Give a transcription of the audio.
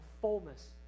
fullness